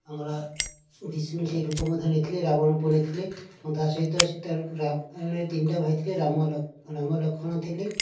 ଆମର ବିଷ୍ଣୁ ସେହି ରୂପ ମଧ୍ୟ ନେଇଥିଲେ ରାମ ରୂପ ନେଇଥିଲେ ଏବଂ ତା' ସହିତ ସୀତା ରାମାୟଣରେ ତିନିଟା ଭାଇ ଥିଲେ ରାମ ଲକ୍ଷ୍ମ ରାମ ଲକ୍ଷ୍ମଣ ଥିଲେ